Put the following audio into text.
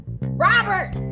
Robert